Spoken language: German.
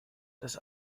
das